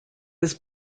was